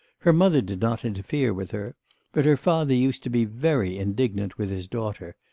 her mother did not interfere with her but her father used to be very indignant with his daughter,